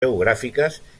geogràfiques